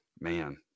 man